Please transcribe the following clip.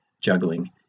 juggling